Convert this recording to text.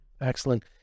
excellent